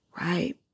Right